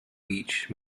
beach